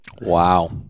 Wow